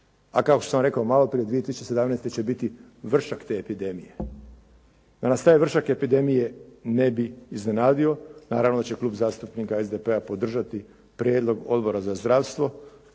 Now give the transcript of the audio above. A kao što sam rekao malo prije 2017. će biti vršak te epidemije. Da nas taj vršak epidemije ne bi iznenadio naravno da će Klub zastupnika SDP-a podržati prijedlog Odbora za zdravstvo